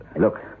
Look